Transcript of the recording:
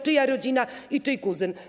Czyja rodzina i czyj kuzyn?